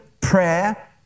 prayer